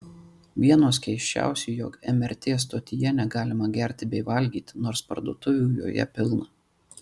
vienos keisčiausių jog mrt stotyje negalima gerti bei valgyti nors parduotuvių joje pilna